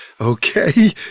Okay